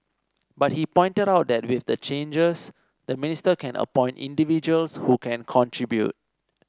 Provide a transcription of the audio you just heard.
but he pointed out that with the changes the minister can appoint individuals who can contribute